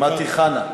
שמעתי חנה,